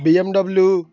BMW